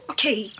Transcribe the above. Okay